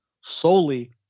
solely